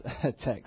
text